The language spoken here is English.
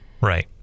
Right